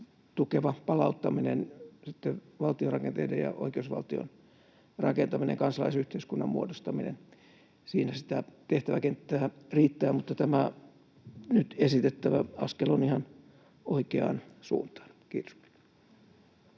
tukeva palauttaminen, sitten valtiorakenteiden ja oikeusvaltion rakentaminen ja kansalaisyhteiskunnan muodostaminen. Siinä sitä tehtäväkenttää riittää, mutta tämä nyt esitettävä askel on ihan oikeaan suuntaan. — Kiitos.